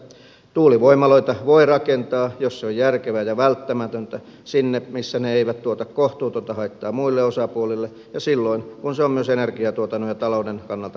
siinä sanottiin että tuulivoimaloita voi rakentaa jos se on järkevää ja välttämätöntä sinne missä ne eivät tuota kohtuutonta haittaa muille osapuolille ja silloin kun se on myös energiantuotannon ja talouden kannalta perusteltua